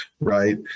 right